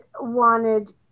wanted